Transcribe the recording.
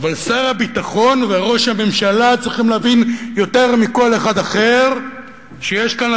אבל שר הביטחון וראש הממשלה צריכים להבין יותר מכל אחד אחר שיש כאן,